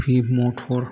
कफि मटर